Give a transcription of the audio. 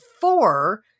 four